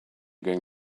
going